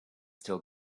still